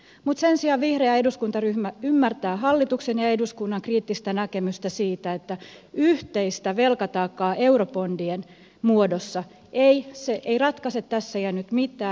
sen sijaan vihreä eduskuntaryhmä ymmärtää hallituksen ja eduskunnan kriittistä näkemystä siitä että yhteinen velkataakka eurobondien muodossa ei ratkaise tässä ja nyt mitään